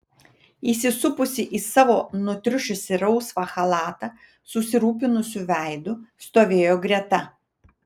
įsisupusi į savo nutriušusį rausvą chalatą susirūpinusiu veidu stovėjo greta